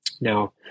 now